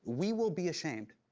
we will be ashamed.